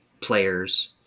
players